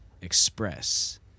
express